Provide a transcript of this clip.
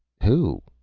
who?